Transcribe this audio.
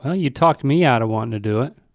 ah you talked me out of wanting to do it.